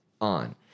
on